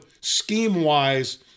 scheme-wise